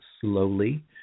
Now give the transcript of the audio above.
slowly